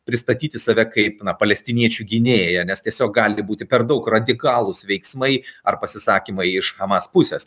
pristatyti save kaip na palestiniečių gynėją nes tiesiog gali būti per daug radikalūs veiksmai ar pasisakymai iš hamas pusės